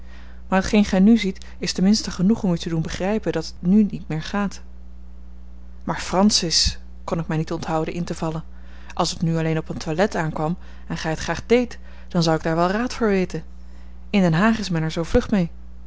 maar t geen gij nu ziet is ten minste genoeg om u te doen begrijpen dat het nu niet meer gaat maar francis kon ik mij niet onthouden in te vallen als t nu alleen op een toilet aankwam en gij het graag deedt dan zou ik daar wel raad voor weten in den haag is men er zoo vlug mee